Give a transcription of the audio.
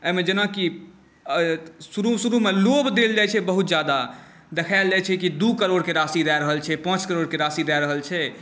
एहिमे जेनाकि शुरू शुरूमे लोभ देल जाइत छै बहुत ज्यादा देखायल जाइत छै कि दू कड़ोरके राशि दए रहल छै पाँच करोड़के राशि दए रहल छै